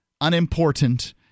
unimportant